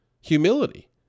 Humility